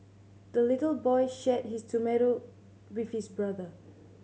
the little boy shared his tomato with his brother